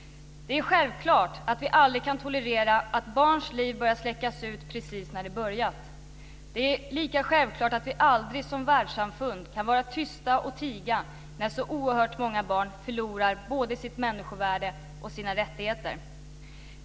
Det är självklart att vi aldrig kan tolerera att ett barns liv börjar släckas ut precis när det börjat. Lika självklart är att vi som världssamfund aldrig kan vara tysta och tiga när så oerhört många barn förlorar både sitt människovärde och sina rättigheter.